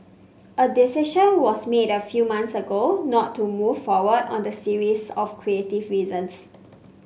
a decision was made a few months ago not to move forward on the series of creative reasons